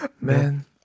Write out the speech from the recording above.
Man